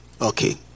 Okay